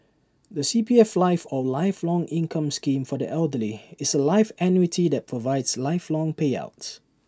the C P F life or lifelong income scheme for the elderly is A life annuity that provides lifelong payouts